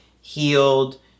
healed